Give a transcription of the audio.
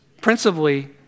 Principally